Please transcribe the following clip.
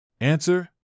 Answer